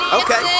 okay